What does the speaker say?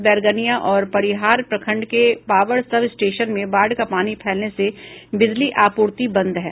बैरगनिया और परिहार प्रखंड के पावर सब स्टेशन में बाढ का पानी फैलने से बिजली आपूर्ति बंद है